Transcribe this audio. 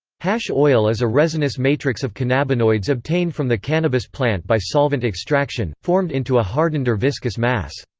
hash oil is a resinous matrix of cannabinoids obtained from the cannabis plant by solvent extraction, formed into a hardened or viscous mass.